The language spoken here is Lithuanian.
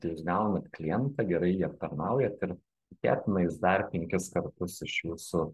tai jūs gaunat klientą gerai jį aptarnaujat ir tikėtina jis dar penkis kartus iš jūsų